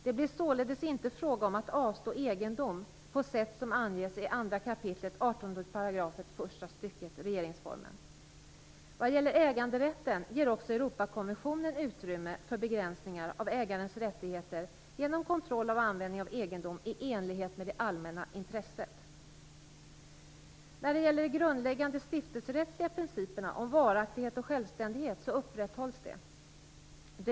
Det blir således inte fråga om att avstå egendom på sätt som anges i 2 kap. 18 § första stycket regeringsformen. Vad gäller äganderätten ger också Europakonventionen utrymme för begränsningar av ägarens rättigheter genom kontroll av användningen av egendom i enlighet med det allmänna intresset. De grundläggande stiftelserättsliga principerna om varaktighet och självständighet upprätthålls.